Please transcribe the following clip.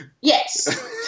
Yes